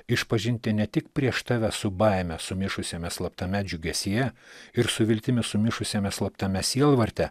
išpažinti ne tik prieš tave su baime sumišusiame slaptame džiugesyje ir su viltimi sumišusiame slaptame sielvarte